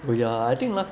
oh ya I think